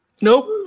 Nope